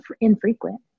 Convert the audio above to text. infrequent